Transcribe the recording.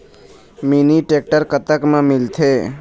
Mini tractor कतक म मिलथे?